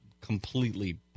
completely